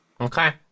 okay